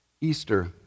Easter